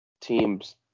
teams